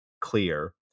clear